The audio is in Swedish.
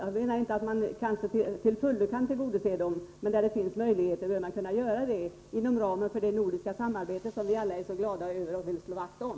Jag menar inte att man till fullo kan tillgodose dem, men när det finns möjligheter bör man kunna tillgodose dessa önskemål inom ramen för det nordiska samarbete som vi alla är så glada över och vill slå vakt om.